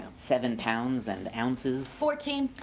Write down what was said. seven pounds and ounces. fourteen.